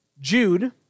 Jude